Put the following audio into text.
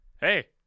Hey